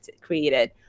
created